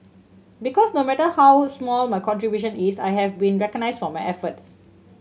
because no matter how small my contribution is I have been recognised for my efforts